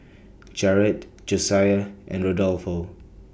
Jerad Josiah and Rodolfo